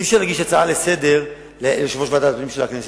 אי-אפשר להגיש הצעה לסדר-היום ליושב-ראש ועדת הפנים של הכנסת,